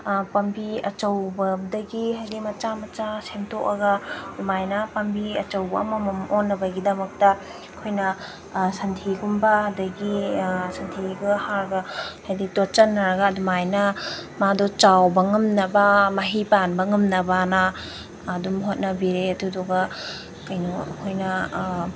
ꯄꯥꯝꯕꯤ ꯑꯆꯧꯕꯗꯒꯤ ꯍꯥꯏꯗꯤ ꯃꯆꯥ ꯃꯆꯥ ꯁꯦꯝꯗꯣꯛꯑꯒ ꯑꯗꯨꯃꯥꯏꯅ ꯄꯥꯝꯕꯤ ꯑꯆꯧꯕ ꯑꯃꯃꯝ ꯑꯣꯟꯅꯕꯒꯤꯗꯃꯛꯇ ꯑꯩꯈꯣꯏꯅ ꯁꯟꯊꯤꯒꯨꯝꯕ ꯑꯗꯒꯤ ꯁꯟꯊꯤꯒ ꯍꯥꯔꯒ ꯍꯥꯏꯗꯤ ꯇꯣꯠꯁꯟꯅꯔꯒ ꯑꯗꯨꯃꯥꯏꯅ ꯃꯥꯗꯣ ꯆꯥꯎꯕ ꯉꯝꯅꯕ ꯃꯍꯩ ꯄꯥꯟꯕ ꯉꯝꯅꯕꯑꯅ ꯑꯗꯨꯝ ꯍꯣꯠꯅꯕꯤꯔꯦ ꯑꯗꯨꯗꯨꯒ ꯀꯩꯅꯣ ꯑꯩꯈꯣꯏꯅ